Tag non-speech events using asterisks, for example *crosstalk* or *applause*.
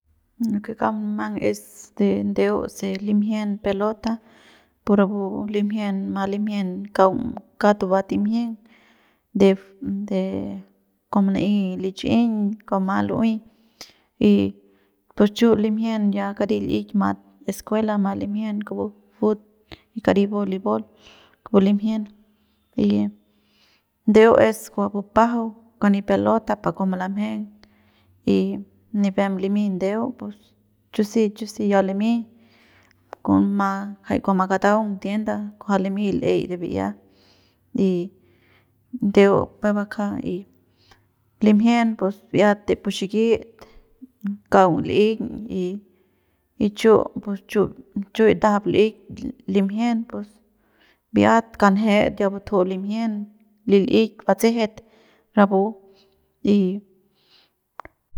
Lo que kauk munumang es de ndeu se limjien pelota pu rapu limjien ma limjien kaung kauk tuba timjieng de de kua mana'ey lichꞌiñ kua ma lu'uey y pus chu limjien ya karit li'ik ya mat escuela mat limjien kupu fut y kari bolibol kupu limjien *noise* y ndeu es kua bupajau kani pelota pa kua malamjeng y nipem limi ndeu pus chu si ya limy kuma jay kua makataung tienda kujua limy l'ey de bi'ia y ndeu peuk bakja y limjien bi'iat pus pu xikit kaung li'iñ y chu pus chu chu ndajap li'ik limjien pus bi'iat kanjet ya butju limjien y li'ik batsejet rapu y. *noise*